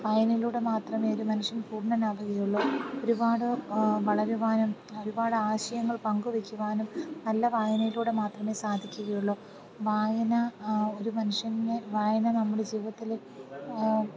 വായനയിലൂടെ മാത്രമേ ഒരു മനുഷ്യൻ പൂർണ്ണനാവുകയുള്ളു ഒരുപാട് വളരുവാനും ഒരുപാട് ആശയങ്ങൾ പങ്കു വയ്ക്കുവാനും നല്ല വായനയിലൂടെ മാത്രമേ സാധിക്കുകയുള്ളു വായന ഒരു മനുഷ്യനെ വായന നമ്മുടെ ജീവിതത്തിൽ